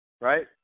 right